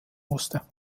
musste